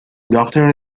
doctor